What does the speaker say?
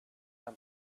man